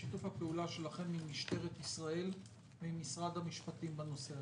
מה שיתוף הפעולה שלכם עם משטרת ישראל ועם משרד המשפטים בנושא הזה?